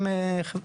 יהודית):